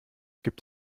gibt